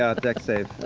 ah a dex save.